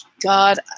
God